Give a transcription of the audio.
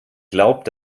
glaubt